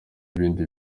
ibindi